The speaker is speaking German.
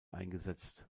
eingesetzt